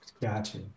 Gotcha